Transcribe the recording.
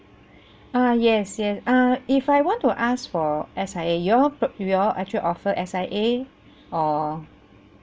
ah yes yes uh if I want to ask for S_I_A you all p~ you all actually offer S_I_A or